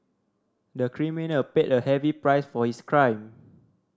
the criminal paid a heavy price for his crime